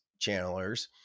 channelers